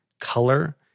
color